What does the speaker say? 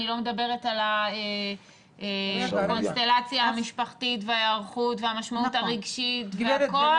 אני לא מדברת על הקונסטלציה המשפחתית וההיערכות והמשמעות הרגשית והכול.